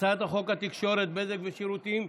הצעת חוק התקשורת (בזק ושידורים)